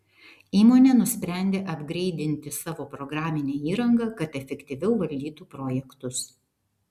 įmonė nusprendė apgreidinti savo programinę įrangą kad efektyviau valdytų projektus